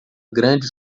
grande